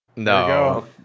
No